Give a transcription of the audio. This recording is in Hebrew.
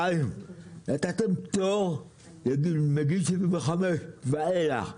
בנוסף, נתתם פטור מגיל 75 ואילך.